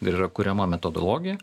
ir yra kuriama metodologija